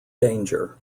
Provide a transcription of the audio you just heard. danger